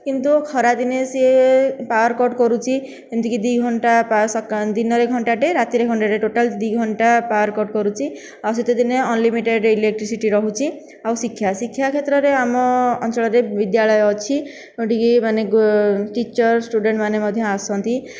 କିନ୍ତୁ ଖରା ଦିନେ ସିଏ ପାୱାର କଟ୍ କରୁଛି ଯେମିତିକି ଦୁଇଘଣ୍ଟା ବା ସକାଳେ ଦିନରେ ଘଣ୍ଟାଟେ ରାତିରେ ଘଣ୍ଟାଟେ ଟୋଟାଲ୍ ଦୁଇଘଣ୍ଟା ପାୱାର କଟ୍ କରୁଛି ଆଉ ଶୀତ ଦିନେ ଅନଲିମିଟେଡ଼ ଇଲେକ୍ଟ୍ରିସିଟି ରହୁଛି ଆଉ ଶିକ୍ଷା ଶିକ୍ଷା କ୍ଷେତ୍ରରେ ଆମ ଅଞ୍ଚଳରେ ବିଦ୍ୟାଳୟ ଅଛି ଟିକେ ମାନେ ଟିଚର୍ ଷ୍ଟୁଡ଼େଣ୍ଟ୍ ମାନେ ମଧ୍ୟ ଆସନ୍ତି